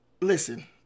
Listen